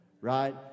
right